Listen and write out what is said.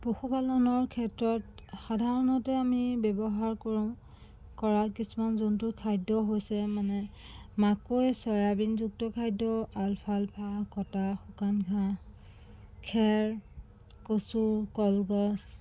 পশুপালনৰ ক্ষেত্ৰত সাধাৰণতে আমি ব্যৱহাৰ কৰোঁ কৰা কৰা কিছুমান যোনটো খাদ্য হৈছে মানে মাকৈ চয়াবিনযুক্ত খাদ্য আলফালফা কটা শুকান ঘাঁহ খেৰ কচু কলগছ